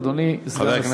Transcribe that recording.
אדוני סגן השר.